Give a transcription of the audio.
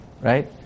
Right